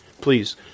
please